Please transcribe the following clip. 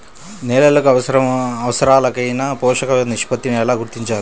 నేలలకు అవసరాలైన పోషక నిష్పత్తిని ఎలా గుర్తించాలి?